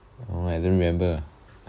orh I don't remember